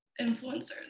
influencers